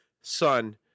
son